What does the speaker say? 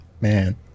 man